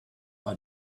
are